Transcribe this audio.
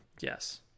Yes